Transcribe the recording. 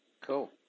Cool